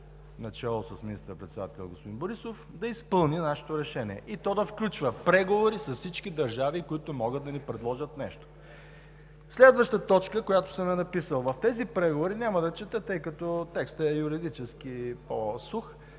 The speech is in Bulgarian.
начело с министър-председателя господин Борисов да изпълни нашето решение и то да включва преговори с всички държави, които могат да ни предложат нещо. Следваща точка, която съм написал. Няма да чета, тъй като текстът е юридически, по-сух,